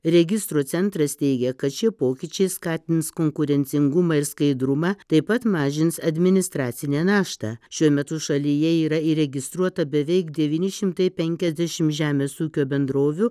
registrų centras teigia kad šie pokyčiai skatins konkurencingumą ir skaidrumą taip pat mažins administracinę naštą šiuo metu šalyje yra įregistruota beveik devyni šimtai penkiasdešimt žemės ūkio bendrovių